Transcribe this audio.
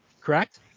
correct